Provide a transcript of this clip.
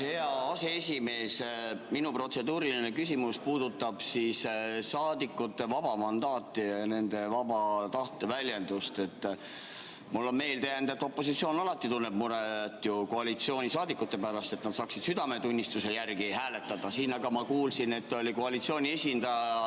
hea aseesimees! Minu protseduuriline küsimus puudutab saadikute vaba mandaati, nende vaba tahte väljendust. Mulle on meelde jäänud, et opositsioon tunneb alati muret koalitsioonisaadikute pärast, et nad saaksid südametunnistuse järgi hääletada. Siin ma aga kuulsin, et koalitsiooni esindajad